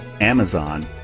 Amazon